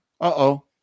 Uh-oh